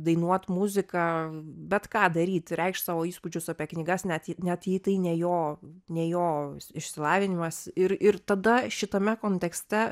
dainuot muziką bet ką daryt reikšt savo įspūdžius apie knygas net net jei tai ne jo ne jo išsilavinimas ir ir tada šitame kontekste